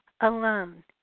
alone